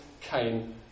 came